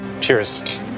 Cheers